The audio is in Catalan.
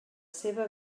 seva